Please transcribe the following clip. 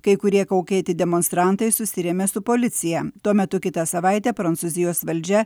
kai kurie kaukėti demonstrantai susirėmė su policija tuo metu kitą savaitę prancūzijos valdžia